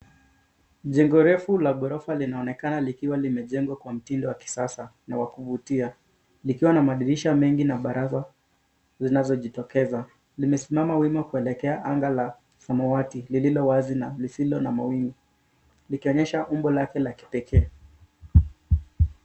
Jengo refu la ghorofa linaonekana likiwa limejengwa kwa mtindo wa kisasa na wa kuvutia likiwa na madirisha mengi na baraza zinazojitokeza. Limesimama wima kuelekea anga la samawati lililo wazi na lililo na mawingu likionyesha umbo lake la kipekee.